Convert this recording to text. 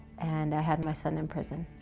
and i had my son in prison,